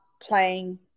playing